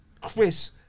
Chris